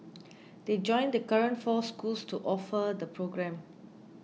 they join the current four schools to offer the programme